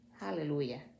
Hallelujah